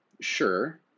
Sure